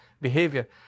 behavior